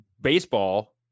baseball